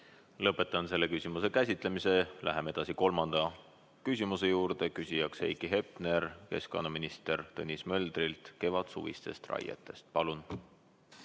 Lõpetan selle küsimuse käsitlemise. Läheme edasi kolmanda küsimuse juurde. Küsija on Heiki Hepner ja küsimus on keskkonnaminister Tõnis Möldrile. Kevadsuvine raie. Palun!